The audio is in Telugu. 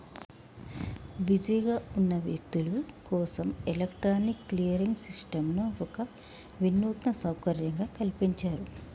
బిజీగా ఉన్న వ్యక్తులు కోసం ఎలక్ట్రానిక్ క్లియరింగ్ సిస్టంను ఒక వినూత్న సౌకర్యంగా కల్పించారు